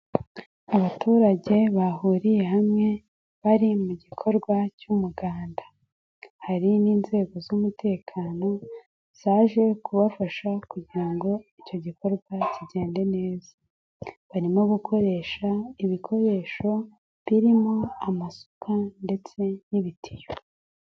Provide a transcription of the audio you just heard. Abaturage bahuriye hamwe bari mu gikorwa cy'umuganda. Hari n'inzego z'umutekano, zaje kubafasha kugira ngo icyo gikorwa kigende neza. Barimo gukoresha ibikoresho birimo amasuka ndetse n'ibitiyo.